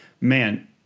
man